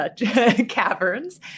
caverns